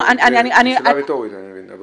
שאלה רטורית אני מבין.